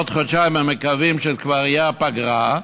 בעוד חודשיים הם מקווים שכבר תהיה הפגרה,